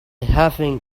having